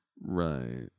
Right